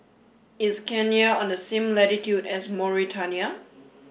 is Kenya on the same latitude as Mauritania